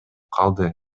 калды